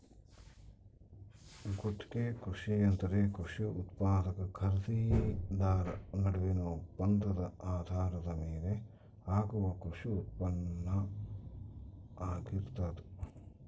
ಗುತ್ತಿಗೆ ಕೃಷಿ ಎಂದರೆ ಕೃಷಿ ಉತ್ಪಾದಕ ಖರೀದಿದಾರ ನಡುವಿನ ಒಪ್ಪಂದದ ಆಧಾರದ ಮೇಲೆ ಆಗುವ ಕೃಷಿ ಉತ್ಪಾನ್ನ ಆಗಿರ್ತದ